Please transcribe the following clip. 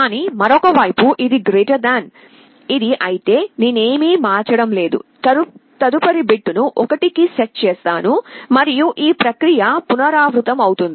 కానీ మరొక వైపు ఇది గ్రేటర్దాన్ ఇది అయితే నేనేమీ మార్చడం లేదు తదుపరి బిట్ ను 1 కి సెట్ చేస్తాను మరియు ఈ ప్రక్రియ పునరావృతమవుతుంది